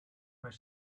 where